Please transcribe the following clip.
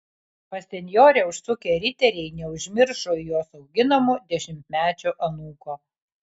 pas senjorę užsukę riteriai neužmiršo ir jos auginamo dešimtmečio anūko